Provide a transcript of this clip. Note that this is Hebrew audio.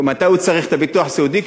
מתי הוא צריך את הביטוח הסיעודי?